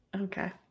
Okay